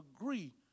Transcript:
agree